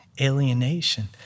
alienation